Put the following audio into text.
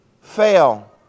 fail